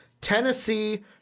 Tennessee